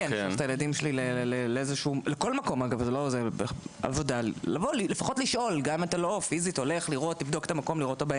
גם אם לא באים פיזית למקום לבדוק,